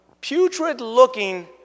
putrid-looking